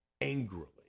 angrily